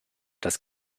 das